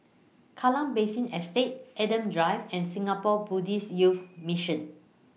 Kallang Basin Estate Adam Drive and Singapore Buddhist Youth Mission